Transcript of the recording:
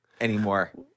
anymore